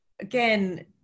again